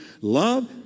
Love